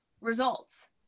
results